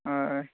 आं हय